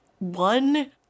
One